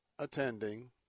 attending